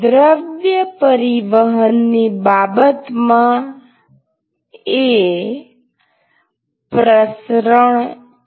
દ્રવ્ય પરિવહનની બાબતમાં એ પ્રસરણ છે